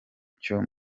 cyo